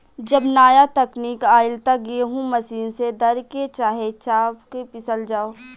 जब नाया तकनीक आईल त गेहूँ मशीन से दर के, चाहे चाप के पिसल जाव